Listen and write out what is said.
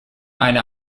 eine